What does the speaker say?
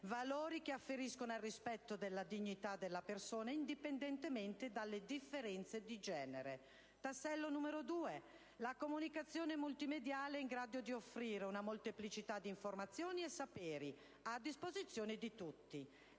valori che afferiscono al rispetto della dignità della persona indipendentemente dalle differenze di genere. Il tassello numero due è rappresentato invece dalla comunicazione multimediale, in grado di offrire una molteplicità di informazioni e saperi disponibili a tutti.